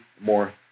more